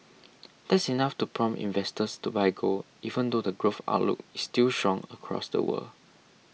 that's enough to prompt investors to buy gold even though the growth outlook is still shock across the world